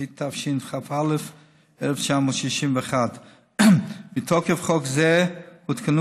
התשכ"א 1961. מתוקף חוק זה הותקנו